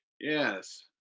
yes